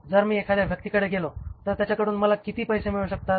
जर मी एखाद्या व्यक्तीकडे गेलो तर त्याच्याकडून मला किती पैसे मिळू शकतात